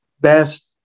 Best